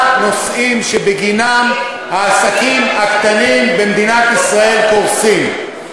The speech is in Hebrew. נושאים שבגינם העסקים הקטנים במדינת ישראל קורסים,